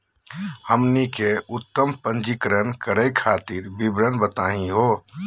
हमनी के उद्यम पंजीकरण करे खातीर विवरण बताही हो?